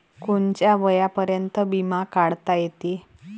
कोनच्या वयापर्यंत बिमा काढता येते?